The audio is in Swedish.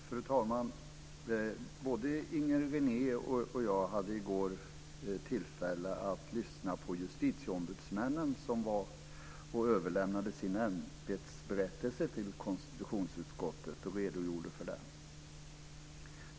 Fru talman! Både Inger René och jag hade i går tillfälle att lyssna till justitieombudsmännen som var och överlämnade sin ämbetsberättelse till konstitutionsutskottet och redogjorde för den.